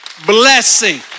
blessing